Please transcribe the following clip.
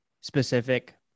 specific